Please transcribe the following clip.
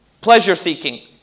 pleasure-seeking